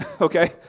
okay